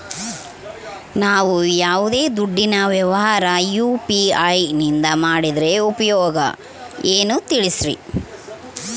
ನಾವು ಯಾವ್ದೇ ದುಡ್ಡಿನ ವ್ಯವಹಾರ ಯು.ಪಿ.ಐ ನಿಂದ ಮಾಡಿದ್ರೆ ಉಪಯೋಗ ಏನು ತಿಳಿಸ್ರಿ?